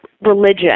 religion